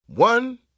One